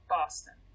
Boston